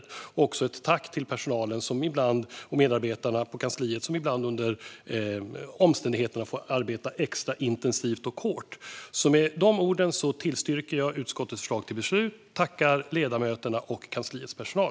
Jag vill även uttrycka ett tack till personal och medarbetare på kansliet som ibland på grund av omständigheterna får arbeta extra intensivt och hårt. Jag yrkar härmed bifall till utskottets förslag till beslut och tackar ledamöterna och kansliets personal.